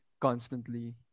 constantly